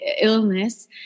illness